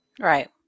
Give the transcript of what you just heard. Right